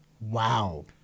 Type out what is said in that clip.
Wow